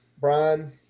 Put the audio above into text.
Brian